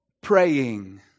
praying